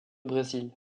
brésil